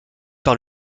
par